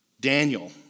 Daniel